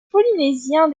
polynésien